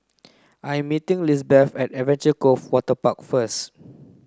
I'm meeting Lisbeth at Adventure Cove Waterpark first